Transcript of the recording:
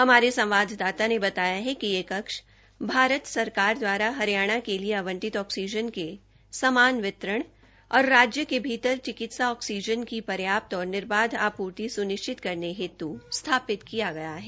हमारे संवाददाता ने बताया है कि यह कक्ष भारत सरकार दवारा हरियाणा के लिए आवंटित ऑक्सीजन के समान वितरण और राज्य के भीतर चिकित्सा ऑक्सीजन की पर्याप्त और निर्बाध आपूर्ति स्निश्चित करने हेत् स्थापित किया गया है